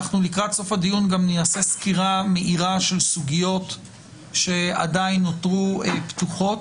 גם נעשה סקירה מהירה של סוגיות שעדיין נותרו פתוחות.